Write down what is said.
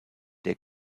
der